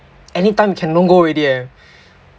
anytime you can don't go already eh